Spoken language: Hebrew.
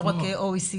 לא רק ה-OECD.